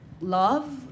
love